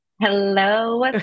hello